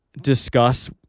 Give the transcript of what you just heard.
discuss